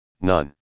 none